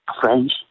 French